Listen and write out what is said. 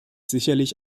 sicherlich